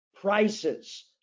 prices